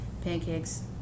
pancakes